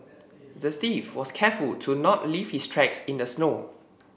the thief was careful to not leave his tracks in the snow